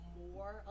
more